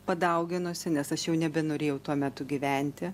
padauginusi nes aš jau nebenorėjau tuo metu gyventi